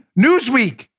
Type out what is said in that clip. Newsweek